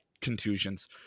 contusions